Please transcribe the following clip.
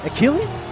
Achilles